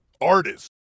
artist